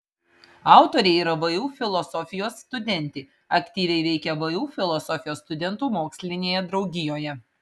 autorė yra vu filosofijos studentė aktyviai veikia vu filosofijos studentų mokslinėje draugijoje